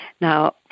Now